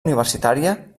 universitària